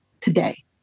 today